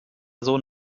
sohn